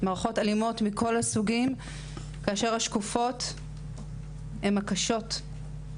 מערכות אלימות מכל הסוגים, כאשר השקופות הן הקשות.